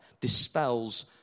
dispels